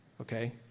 Okay